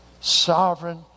Sovereign